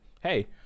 hey